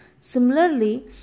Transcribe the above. Similarly